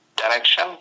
Direction